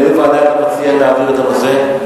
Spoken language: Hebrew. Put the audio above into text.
לאיזו ועדה אתה מציע להעביר את הנושא?